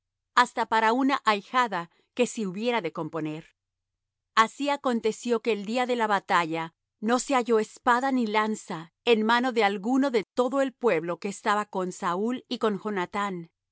hasta para una ahijada que se hubiera de componer así aconteció que el día de la batalla no se halló espada ni lanza en mano de alguno de todo el pueblo que estaba con saúl y con jonathán